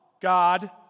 God